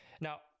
Now